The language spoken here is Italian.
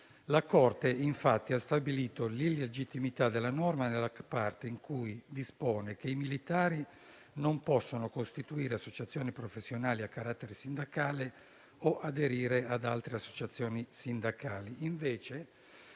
La Corte, infatti, ha stabilito l'illegittimità della norma nella parte in cui dispone che i militari non possono costituire associazioni professionali a carattere sindacale o aderire ad altre associazioni sindacali,